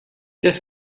qu’est